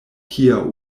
kia